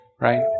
right